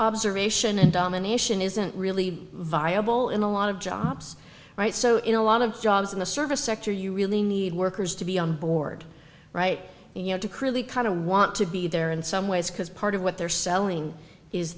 observation and domination isn't really viable in a lot of jobs right so in a lot of jobs in the service sector you really need workers to be on board right you know to cruelly kind of want to be there in some ways because part of what they're selling is